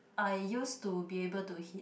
I used to be able to hit